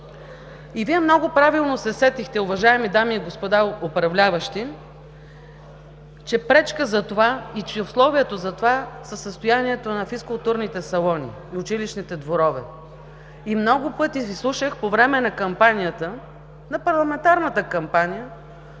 И Вие много правилно се сетихте, уважаеми дами и господа управляващи, че пречка за това и че условията за това са състоянието на физкултурните салони и училищните дворове. И много пъти Ви слушах по време на кампанията – на парламентарната кампания,